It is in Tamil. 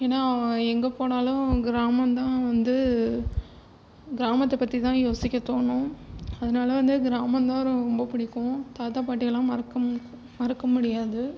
ஏன்னால் எங்கே போனாலும் கிராமம்தான் வந்து கிராமத்தை பத்திதான் யோசிக்கத் தோணும் அதனால வந்து கிராமம் தான் ரொம்ப பிடிக்கும் தாத்தா பாட்டிலாம் மறக்க மு மறக்க முடியாது